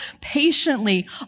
patiently